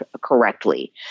correctly